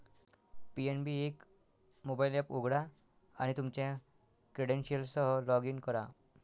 PNB एक mobile app उघडा आणि तुमच्या क्रेडेन्शियल्ससह लॉग इन करा